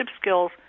skills